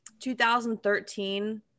2013